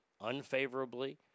unfavorably